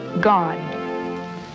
God